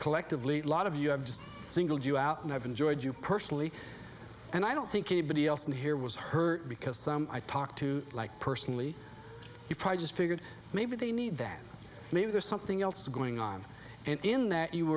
collectively a lot of you have just singled you out and have enjoyed you personally and i don't think anybody else in here was hurt because some i talked to like personally if i just figured maybe they need that maybe there's something else going on in that you